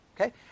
Okay